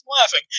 laughing